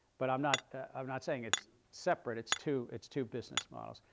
but i'm not i'm not saying it's separate. it's two it's two business models.